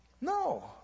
No